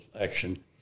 action